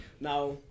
now